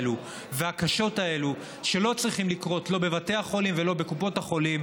והקשות האלה, שלא צריכות לקרות לא בבתי החולים ולא בקופות החולים,